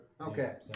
Okay